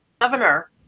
governor